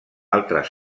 altres